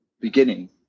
beginning